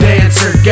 Dancer